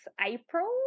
April